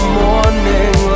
morning